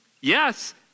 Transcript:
Yes